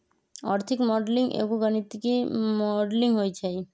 आर्थिक मॉडलिंग एगो गणितीक मॉडलिंग होइ छइ